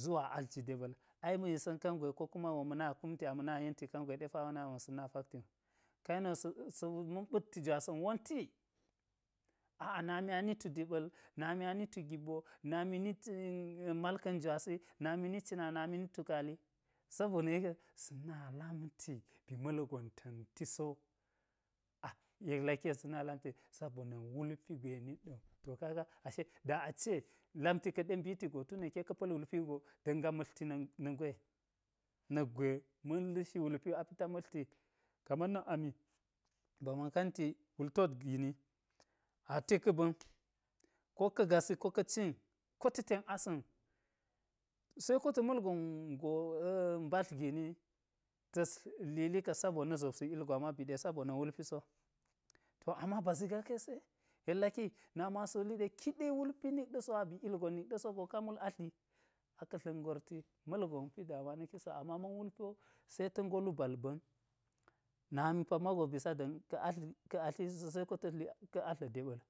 zuwa atlji deɓa̱l ai ma̱ yisa̱n kangwe ko kumago ma̱ na kumti ama̱ yenti kangwe ɗe pawo nami wo sa̱ na paktiwu, ka yeni wo-sa̱ ma̱n ɓa̱tti jwasa̱n wonti, aa nami ani tu deɓa̱l nami ani tu gibboo, nami ni malka̱n jwasi, nami ni cina a nami ni tukaali, sabona̱ yeke sa̱ na lamti ba̱ ma̱lgon ta̱nti so, ayek laki yeksa na lamtiye. Sabona̱ wulpi gwe nit ɗa̱ wu, to kaga ashe da kaga lamti kaɗe mbiti go tun nakke ka̱ pa̱l wulpi wugo da̱nga matlti ki na̱ ngwe na̱kgwe ma̱n la̱shi wulpi a pita matlti kaman na̱k ami ba man kanti wul tot gini, ate ka̱ ba̱n koka̱ gasi ko ka̱ cin, kota̱ ten asa̱n seko ta̱ malgon ngo mbadl gini, ta̱s lili ka sabona̱ zobsi ugon, ama ba̱ ɗe sabona̱ wulpi so, to ama ba zigaa kesi, yek laki nami wo asa̱ wuli ɗe kiɗe wulpi nik ɗaso aba̱ ugon nik ɗasogo ka mul atli, aka̱dla̱k ngorti, ma̱lgon pi damuwa na̱kiso ama ma̱n wulpi wo, se ta̱ ngo lu bal ba̱n, nami pammago ba̱sa da̱m ka atl-ka̱ attisi so seko ta̱s li ka̱ atla̱ deɓa̱l